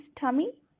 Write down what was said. tummy